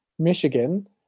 michigan